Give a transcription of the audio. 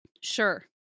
Sure